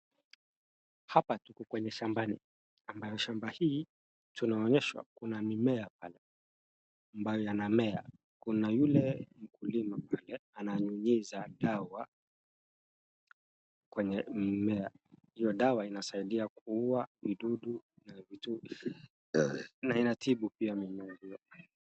Hapa tuko kwenye shambani ambayo shamba hii tunaonyeshwa kuna mimea pale ambayo yanamea. Kuna yule mkulima pale ananyunyiza dawa kwenye mmea. Hiyo dawa inasaidia kuuwa midudu na vitu na inatibu pia mimea hiyo.